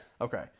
okay